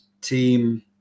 team